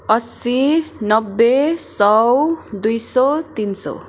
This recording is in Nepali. असी नब्बे सौ दुई सौ तिन सौ